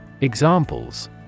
Examples